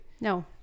No